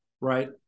right